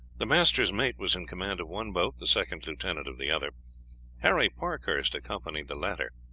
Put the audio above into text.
the master's mate was in command of one boat, the second lieutenant of the other harry parkhurst accompanied the latter.